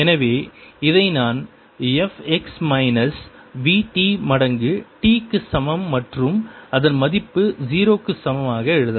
எனவே இதை நான் f x minus v t மடங்கு t க்கு சமம் மற்றும் அதன் மதிப்பு 0 க்கு சமமாக எழுதலாம்